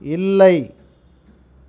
இல்லை